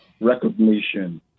recognition